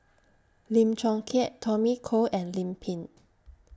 Lim Chong Keat Tommy Koh and Lim Pin